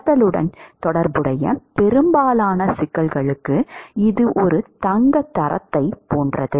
கடத்துதலுடன் தொடர்புடைய பெரும்பாலான சிக்கல்களுக்கு இது ஒரு தங்கத் தரத்தைப் போன்றது